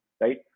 right